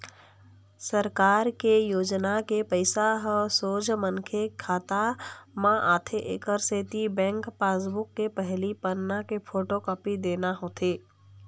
सरकार के योजना के पइसा ह सोझ मनखे के खाता म आथे एकर सेती बेंक पासबूक के पहिली पन्ना के फोटोकापी देना होथे